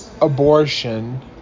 abortion